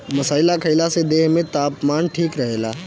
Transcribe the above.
मसाला खईला से देह में तापमान ठीक रहेला